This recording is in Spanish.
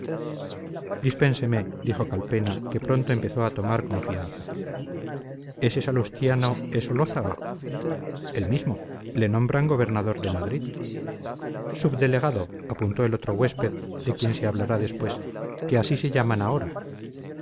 constitución dispénseme dijo calpena que pronto empezó a tomar confianza ese salustiano es olózaga el mismo le nombran gobernador de madrid subdelegado apuntó el otro huésped de quien se hablará después que así se llaman ahora